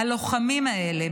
הלוחמים האלה,